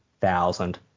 thousand